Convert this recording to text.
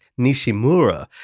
Nishimura